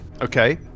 okay